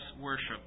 worship